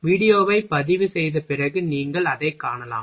வீடியோவைப் பதிவுசெய்த பிறகு நீங்கள் அதைக் காணலாம்